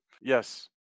yes